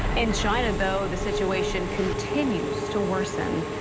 in china, though, the situation continues to worsen.